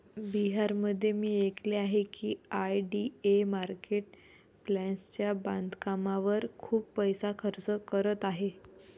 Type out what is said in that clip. बिहारमध्ये मी ऐकले आहे की आय.डी.ए मार्केट प्लेसच्या बांधकामावर खूप पैसा खर्च करत आहे